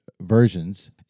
versions